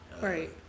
Right